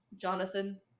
Jonathan